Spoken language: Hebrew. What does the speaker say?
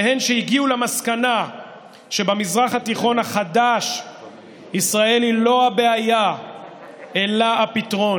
והן שהגיעו למסקנה שבמזרח התיכון החדש ישראל היא לא הבעיה אלא הפתרון.